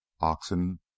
Oxen